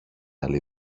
άλλη